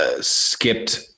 skipped